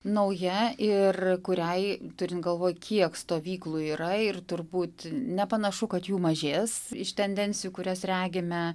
nauja ir kuriai turint galvoj kiek stovyklų yra ir turbūt nepanašu kad jų mažės iš tendencijų kurias regime